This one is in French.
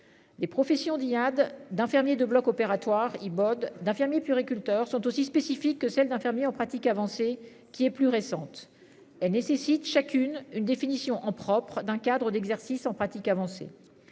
Des professions d'Iyad d'infirmiers de bloc opératoire i-mode d'infirmiers pure et culture sont aussi spécifique que celle d'infirmiers en pratique avancée qui est plus récente elle nécessite chacune une définition en propre d'un cadre d'exercice en pratique avancée.